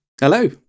Hello